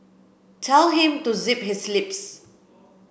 tell him to zip his lips